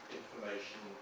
information